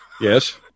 Yes